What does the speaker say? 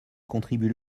contribue